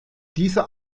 dieser